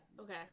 Okay